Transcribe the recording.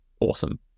awesome